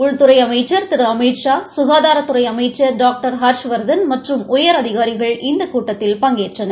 உள்துறை அமைச்சா் திரு அமித்ஷா சுகாதாரத்துறை அமைச்சா் டாங்டா் ஹர்ஷவாதன் மற்றும் உயரதிகாரிகள் இந்த கூட்டத்தில் பங்கேற்றனர்